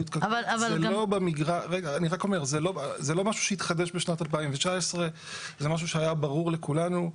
זה לא משהו שהתחדש בשנת 2019. זה משהו שהיה ברור לכולנו.